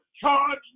Charge